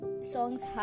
songs